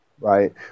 Right